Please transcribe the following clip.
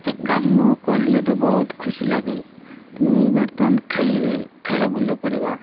ତ କାମ କରିଲେ ତ ବହୁତ ଖୁସି ଲାଗେ କିନ୍ତୁ ବର୍ତ୍ତମାନ ଖେଳିବେ ଖେଳ ବୁଲା କରିବା